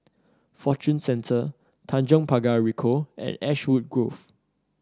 Fortune Centre Tanjong Pagar Ricoh and Ashwood Grove